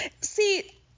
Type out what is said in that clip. See